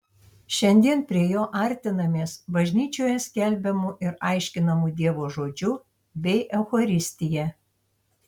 šiandien prie jo artinamės bažnyčioje skelbiamu ir aiškinamu dievo žodžiu bei eucharistija